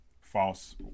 False